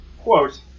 quote